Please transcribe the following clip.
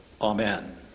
Amen